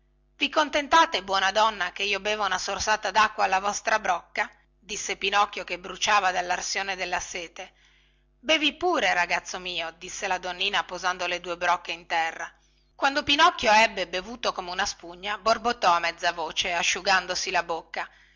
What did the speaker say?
i contentate buona donna che io beva una sorsata dacqua alla vostra brocca disse pinocchio che bruciava dallarsione della sete bevi pure ragazzo mio disse la donnina posando le due brocche in terra quando pinocchio ebbe bevuto come una spugna borbottò a mezza voce asciugandosi la bocca